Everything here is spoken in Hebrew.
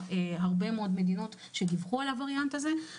יש הרבה מאוד מדינות שדיווחו על הווריאנט הזה.